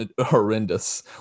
horrendous